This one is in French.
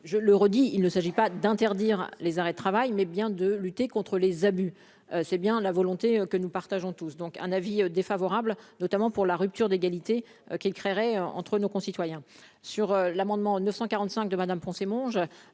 je le redis, il ne s'agit pas d'interdire les arrêts de travail, mais bien de lutter contre les abus, c'est bien la volonté que nous partageons tous, donc un avis défavorable, notamment pour la rupture d'égalité qu'il créerait entre nos concitoyens sur l'amendement 945 de Madame Poncet Monge,